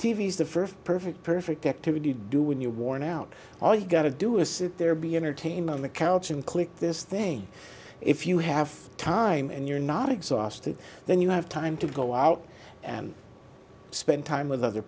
is the first perfect perfect activity to do when you're worn out all you've got to do is sit there be entertainment the couch and click this thing if you have time and you're not exhausted then you have time to go out and spend time with other